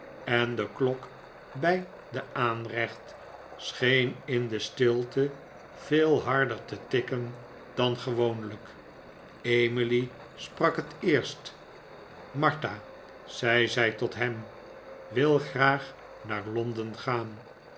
en de klok bij de aanrecht scheen in de stilte veel harder te tikken dan gewoonlijk emily sprak het eerst martha zei zij tot ham wil graag naar londen gaan